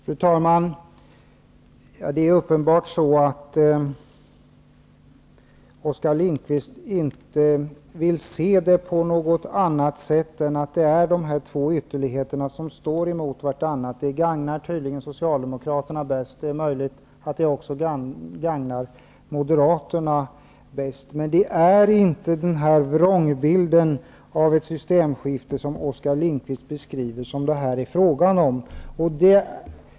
Fru talman! Det är uppenbarligen så att Oskar Lindkvist inte vill se det på något annat sätt än att det är dessa två ytterligheter som står emot varandra. Det gagnar tydligen Socialdemokraterna bäst. Det är möjligt att det också gagnar Moderaterna bäst. Men det är inte fråga om den vrångbild av ett systemsskifte som Oskar Lindkvist beskriver.